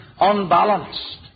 unbalanced